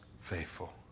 faithful